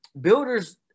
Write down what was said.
builders